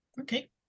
okay